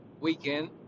weekend